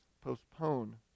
postpone